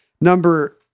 Number